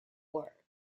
work